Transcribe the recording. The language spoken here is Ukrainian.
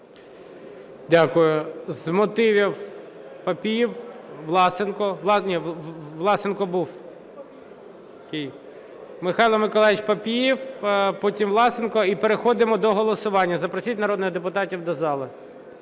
Дякую. З мотивів – Папієв, Власенко. Власенко був. Михайло Миколайович Папієв, потім – Власенко. І переходимо до голосування. Запросіть народних депутатів до зали.